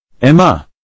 Emma